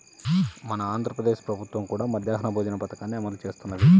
మన ఆంధ్ర ప్రదేశ్ ప్రభుత్వం కూడా మధ్యాహ్న భోజన పథకాన్ని అమలు చేస్తున్నది